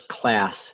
class